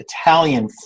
Italian